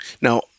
Now